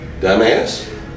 dumbass